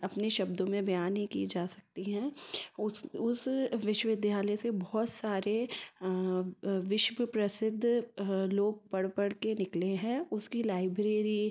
अपने शब्दों में बयान नहीं की जा सकती हैं उस उस विश्वविद्यालय से बहुत सारे विश्व प्रसिद्ध लोग पढ़ पढ़ के निकले हैं उसकी लाइब्रेरी